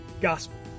gospel